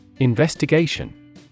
Investigation